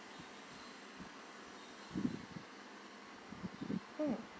mm